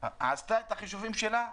עשתה את החישובים שלה,